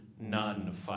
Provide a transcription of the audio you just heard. none